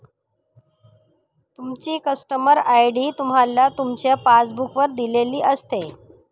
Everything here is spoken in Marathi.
तुमची कस्टमर आय.डी तुम्हाला तुमच्या पासबुक वर दिलेली असते